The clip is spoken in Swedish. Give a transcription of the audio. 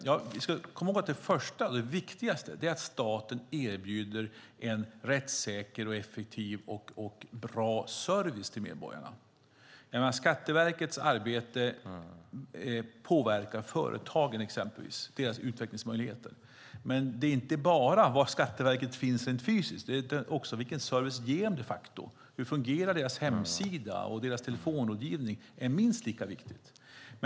Vi ska komma ihåg att det första och det viktigaste är att staten erbjuder en rättssäker, effektiv och bra service till medborgarna. Skatteverkets arbete påverkar företagens utvecklingsmöjligheter. Men det är inte bara fråga om var Skatteverket finns rent fysiskt utan också vilken service som de facto ges. Hur fungerar verkets hemsida och telefonrådgivning? Det är minst lika viktigt.